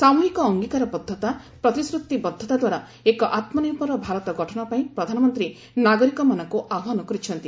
ସାମୂହିକ ଅଙ୍ଗିକାରବଦ୍ଧତା ପ୍ରତିଶ୍ରତିବଦ୍ଧତା ଦ୍ୱାରା ଏକ ଆତ୍ମନିର୍ଭର ଭାରତ ଗଠନ ପାଇଁ ପ୍ରଧାନମନ୍ତ୍ରୀ ନାଗରିକମାନଙ୍କୁ ଆହ୍ୱାନ କରିଛନ୍ତି